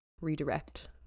redirect